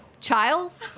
Childs